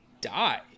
die